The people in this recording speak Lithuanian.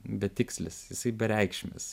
betikslis jisai bereikšmis